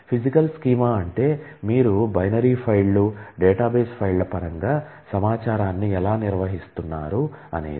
physical schema అంటే మీరు binary ఫైళ్లు డేటాబేస్ ఫైళ్ళ పరంగా సమాచారాన్ని ఎలా నిర్వహిస్తున్నారు అనేది